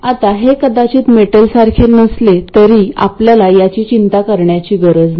आता हे कदाचित मेटलसारखे नसले तरी आपल्याला याची चिंता करण्याची गरज नाही